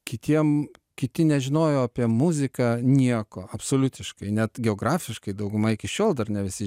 kitiem kiti nežinojo apie muziką nieko absoliutiškai net geografiškai dauguma iki šiol dar ne visi